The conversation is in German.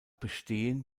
bestehen